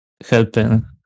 Helping